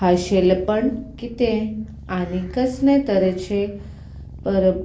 खाशेलेपण कितें आनी कसलें तरेचे पर